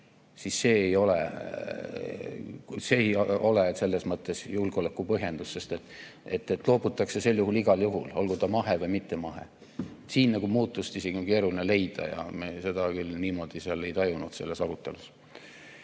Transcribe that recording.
siis see ei ole selles mõttes julgeolekupõhjendus, sest loobutakse siis igal juhul, olgu mahe või mittemahe. Siin on muutust isegi keeruline leida ja me seda küll niimoodi ei tajunud selles arutelus.